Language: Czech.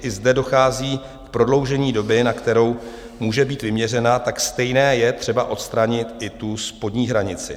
I zde dochází k prodloužení doby, na kterou může být vyměřena, tak stejně je třeba odstranit i tu spodní hranici.